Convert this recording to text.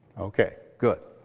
ok, good.